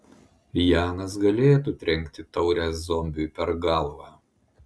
janas galėtų trenkti taure zombiui per galvą